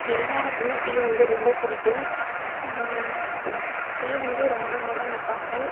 எல்லோருக்குமே டீ வந்து ரொம்ப பிடிக்கும் டீ வந்து ரொம்ப ரொம்ப இம்பார்ட்டண்ட்